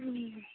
नहीं नहीं